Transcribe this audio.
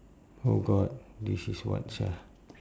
oh god this is what sia